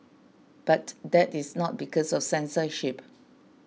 but that is not because of censorship